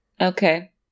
Okay